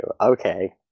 Okay